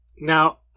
Now